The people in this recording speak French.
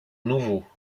nouveau